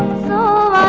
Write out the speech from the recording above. so.